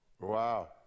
wow